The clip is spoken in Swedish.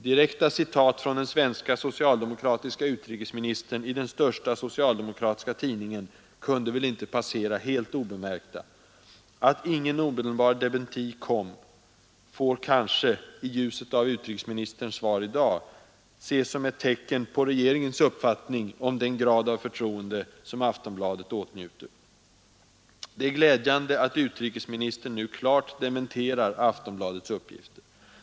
Direkta citat från den svenske socialdemokratiske utrikesministern i den största socialdemokratiska tidningen kunde väl inte passera helt obemärkta. Att ingen omedelbar dementi kom får kanske, i ljuset av utrikesministerns svar i dag, ses som ett tecken på regeringens uppfattning om den grad av förtroende som Aftonbladet åtnjuter. Det är glädjande att utrikesministern nu klart dementerar Aftonbladets uppgifter.